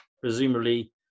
presumably